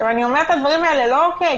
עכשיו, אני אומרת את הדברים לא כקלישאה.